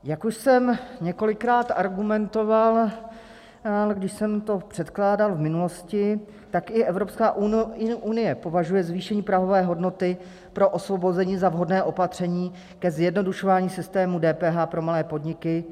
Jak už jsem několikrát argumentoval, když jsem to předkládal v minulosti, tak i Evropská unie považuje zvýšení prahové hodnoty pro osvobození za vhodné opatření ke zjednodušování systému DPH pro malé podniky.